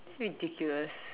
ridiculous